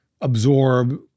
absorb